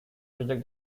reject